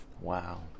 Wow